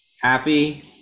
Happy